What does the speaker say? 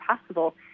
possible